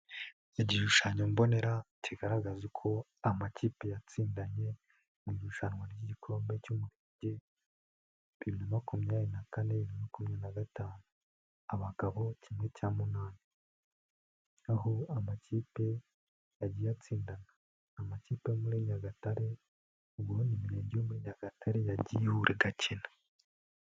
Igishushanyo mbonera kigaragaza uko amakipe yatsindanye mu irushanwa ry'igikombe cy'umupira bibili na makumyabiri na kane bibirina makumyabiri na gatanu. Abagabo kimwe cya munani, aho amakipe yagiye yatsindana. Amakipe yo muri nyagatare ubwo ni imirenge yo muri nyagatare yagiye ihura igakina.